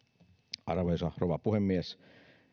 arvoisa rouva puhemies